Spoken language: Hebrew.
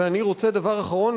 ואני רוצה לומר דבר אחרון: